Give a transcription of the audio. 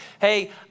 Hey